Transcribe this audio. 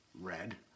red